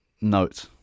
note